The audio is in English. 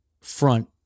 front